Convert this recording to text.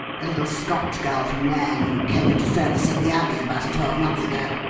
a little scotch girl from nairn who came into service at the abbey about a twelvemonth ago.